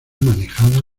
manejada